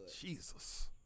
Jesus